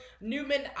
Newman